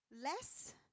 less